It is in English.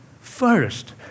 first